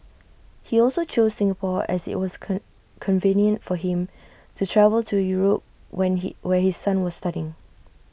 he also chose Singapore as IT was come convenient for him to travel to Europe when he where his son was studying